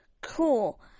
Cool